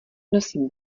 nosím